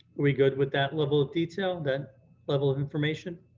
we good with that level of detail, that level of information?